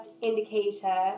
indicator